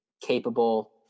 capable